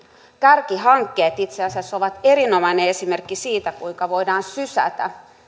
kärkihankkeet itse asiassa ovat erinomainen esimerkki siitä kuinka voidaan sysätä